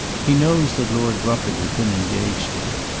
he knows that lord rufford has been engaged to me.